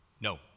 No